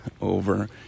over